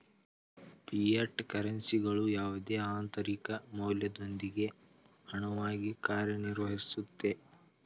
fiat ಕರೆನ್ಸಿಗಳು ಯಾವುದೇ ಆಂತರಿಕ ಮೌಲ್ಯದೊಂದಿಗೆ ಹಣವಾಗಿ ಕಾರ್ಯನಿರ್ವಹಿಸುತ್ತೆ